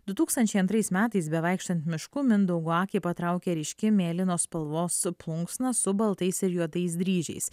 du tūkstančiai antrais metais bevaikštant mišku mindaugo akį patraukė ryškiai mėlynos spalvos su plunksna su baltais ir juodais dryžiais